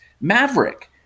Maverick